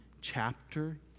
chapter